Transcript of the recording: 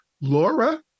Laura